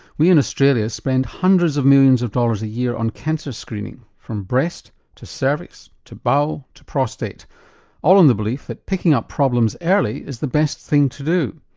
we in australia spend hundreds of millions of dollars a year on cancer screening from breast to cervix to bowel to prostate all in the belief that picking up problems early is the best thing to do.